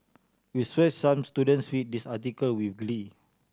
we sure some students read this article with glee